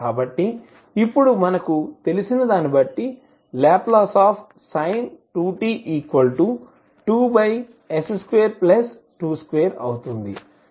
కాబట్టి ఇప్పుడు మనకు తెలిసినది బట్టి Lsin 2t 2s222 అవుతుంది